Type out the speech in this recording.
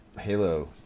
Halo